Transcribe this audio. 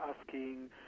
asking